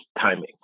timing